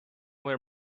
where